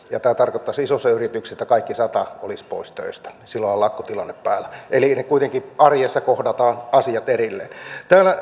tähänkin asti me olemme tukeneet omaishoitajuutta oli sitten kysymyksessä ikäihmisen hoito tai vaikkapa vammaisen tai sairaan lapsen hoito ja näin tulee tapahtumaan jatkossakin